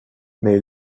mais